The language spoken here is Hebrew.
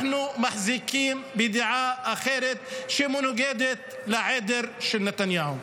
אנחנו מחזיקים בדעה אחרת, שמנוגדת לעדר של נתניהו.